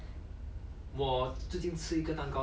eh 不要讲到这样 lah